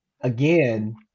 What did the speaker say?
again